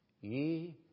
Ye